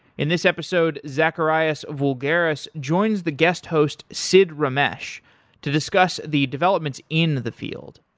in this episode, zacharias voulgaris joins the guest-host, sid ramesh to discuss the developments in the field.